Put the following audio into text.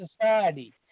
society